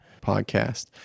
podcast